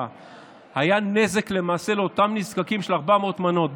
היה נזק למעשה לאותם נזקקים של 400 מנות,